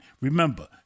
Remember